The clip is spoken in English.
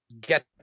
get